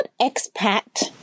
expat